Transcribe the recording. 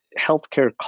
healthcare